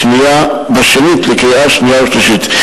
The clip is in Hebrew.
בשנית לקריאה שנייה ושלישית.